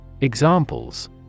Examples